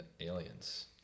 aliens